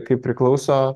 kaip priklauso